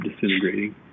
disintegrating